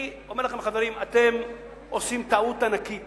חברים, אתם עושים טעות ענקית